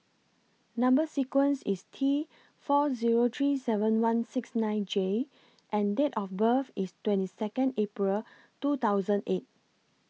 Number sequence IS T four Zero three seven one six nine J and Date of birth IS twenty Second April two thousand eight